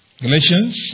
Galatians